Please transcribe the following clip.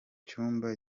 cyumba